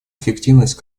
эффективность